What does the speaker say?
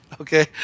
Okay